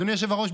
אדוני היושב-ראש,